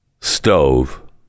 stove